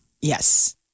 Yes